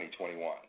2021